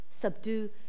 subdue